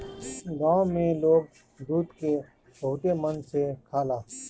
गाँव में लोग दूध के बहुते मन से खाला